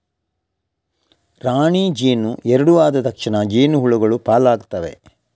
ರಾಣಿ ಜೇನು ಎರಡು ಆದ ತಕ್ಷಣ ಜೇನು ಹುಳಗಳು ಪಾಲಾಗ್ತವೆ